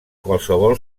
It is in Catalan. qualsevol